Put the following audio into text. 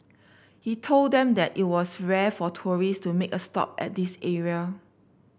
he told them that it was rare for tourist to make a stop at this area